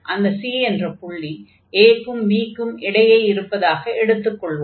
அந்த c என்ற புள்ளி a க்கும் b க்கும் இடையே இருப்பதாக எடுத்துக் கொள்வோம்